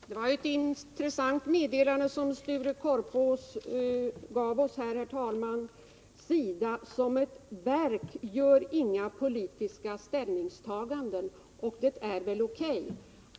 Herr talman! Det var ett intressant meddelande som Sture Korpås gav oss. ”SIDA såsom verk” gör inga ”politiska ställningstaganden”. Det är väl O. K.